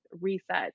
reset